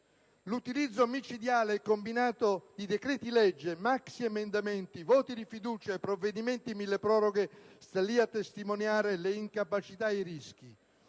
L'utilizzo micidiale e combinato di decreti-legge, maxiemendamenti, voti di fiducia e provvedimenti milleproroghe sta lì a testimoniare le incapacità e i rischi.